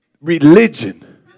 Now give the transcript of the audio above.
religion